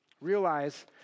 Realize